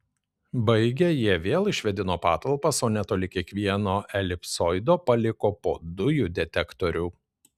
baigę jie vėl išvėdino patalpas o netoli kiekvieno elipsoido paliko po dujų detektorių